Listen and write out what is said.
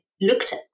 looked